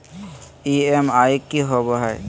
EMI की होवे है?